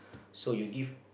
so you give